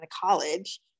college